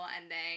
ending